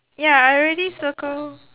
ya I already circle